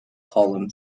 column